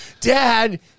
Dad